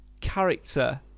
character